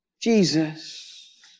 Jesus